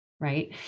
right